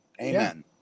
Amen